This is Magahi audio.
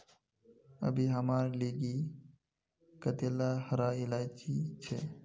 अभी हमार लिगी कतेला हरा इलायची छे